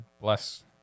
Bless